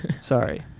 Sorry